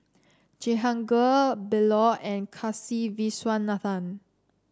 Jehangirr Bellur and Kasiviswanathan